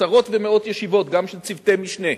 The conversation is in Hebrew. עשרות ומאות ישיבות, גם של צוותי משנה.